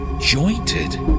jointed